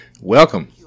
welcome